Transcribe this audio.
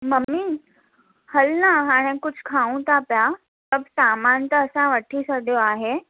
mummy हलु न हाणे कुझु खाऊं था पिया सभु सामानु त असां वठी छॾियो आहे